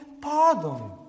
pardon